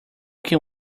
can